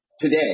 today